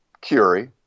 Curie